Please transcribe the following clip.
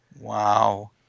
Wow